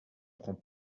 prend